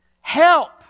help